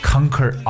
Conquer